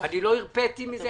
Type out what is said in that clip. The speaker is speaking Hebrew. אני לא הרפיתי מזה.